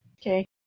Okay